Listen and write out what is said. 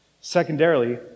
Secondarily